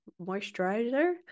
Moisturizer